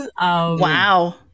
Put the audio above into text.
Wow